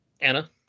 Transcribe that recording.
Anna